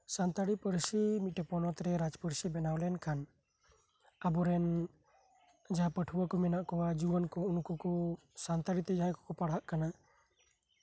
ᱥᱟᱱᱛᱟᱲᱤ ᱯᱟᱹᱨᱥᱤ ᱢᱤᱫᱴᱟᱝ ᱯᱚᱱᱚᱛᱨᱮ ᱵᱮᱱᱟᱣ ᱞᱮᱱᱠᱷᱟᱱ ᱟᱵᱚᱨᱮᱱ ᱡᱟᱸᱦᱟᱭ ᱯᱟᱹᱴᱷᱩᱣᱟᱹ ᱠᱚ ᱢᱮᱱᱟᱜ ᱠᱚᱣᱟ ᱩᱱᱠᱩ ᱥᱟᱱᱛᱟᱞᱤᱛᱮ ᱡᱟᱸᱦᱟᱭ ᱠᱚ ᱯᱟᱲᱦᱟᱜ ᱠᱟᱱᱟ